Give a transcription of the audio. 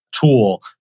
tool